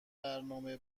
برنامه